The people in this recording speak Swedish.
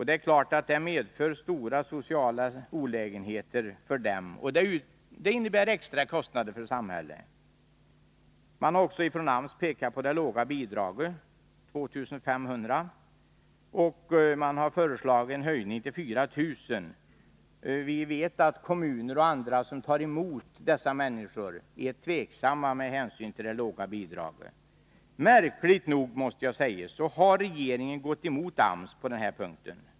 Det är klart att detta medför stora sociala olägenheter för dem, och det innebär extra kostnader för samhället. Man har också från AMS pekat på det låga bidraget —2 500 kr. per vapenfri —till utbildningsanordnarna, och AMS har föreslagit en höjning till 4 000 kr. Vi vet att kommuner och andra som tar emot dessa människor är tveksamma med hänsyn till det låga bidraget. Märkligt nog — måste jag säga — har regeringen gått emot AMS på den här punkten.